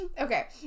Okay